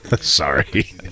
Sorry